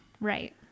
right